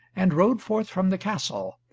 and rode forth from the castle,